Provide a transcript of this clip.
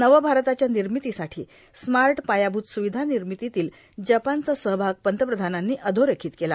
नव भारताच्या निर्मितीसाठी स्मार्ट पायाभूत सुविधा निर्मितीतील जपानचा सहभाग पंतप्रधानांनी अधोरेखित केला